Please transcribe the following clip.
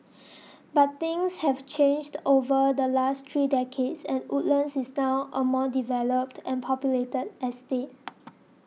but things have changed over the last three decades and Woodlands is now a more developed and populated estate